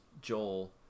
Joel